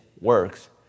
works